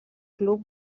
club